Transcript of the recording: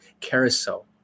carousel